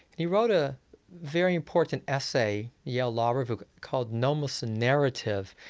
he wrote a very important essay, yale law review, called nomos and narrative,